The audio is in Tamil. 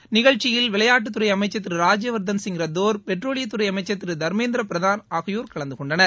இந்நிகழ்ச்சியில் விளையாட்டுத்துறை அமைச்சர் திரு ராஜீயவர்தள் சிங் ரத்தோர் பெட்ரோலியத்துறை அமைச்சர் திரு தர்மேந்திர பிரதான் ஆகியோர் கலந்துகொண்டனர்